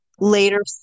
later